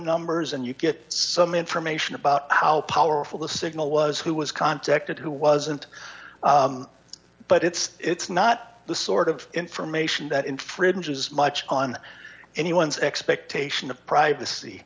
numbers and you get some information about how powerful the signal was who was contacted who wasn't but it's not the sort of information that infringes much on anyone's expectation of privacy